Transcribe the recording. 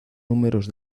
números